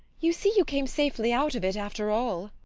you see you came safely out of it, after all.